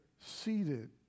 seated